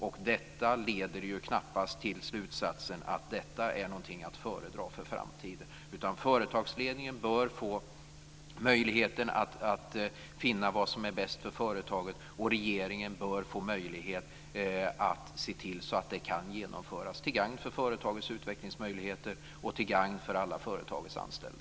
Och detta leder ju knappast till slutsatsen att detta är något att föredra för framtiden, utan företagsledningen bör få möjlighet att finna vad som är bäst för företaget, och regeringen bör få möjlighet att se till att det kan genomföras till gagn för företagets utvecklingsmöjligheter och till gagn för företagets alla anställda.